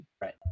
Right